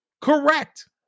Correct